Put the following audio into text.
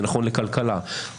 כלכלה,